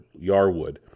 Yarwood